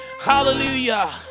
Hallelujah